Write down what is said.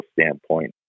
standpoint